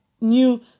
new